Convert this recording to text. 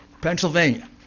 Pennsylvania